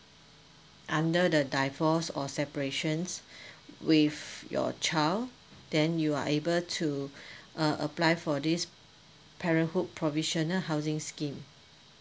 under the divorced or separation with your child then you are able to uh apply for this parenthood provisional housing scheme